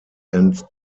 and